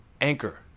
Anchor